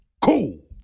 cool